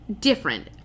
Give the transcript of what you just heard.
different